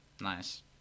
Nice